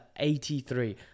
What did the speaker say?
83